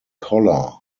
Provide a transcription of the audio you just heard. collar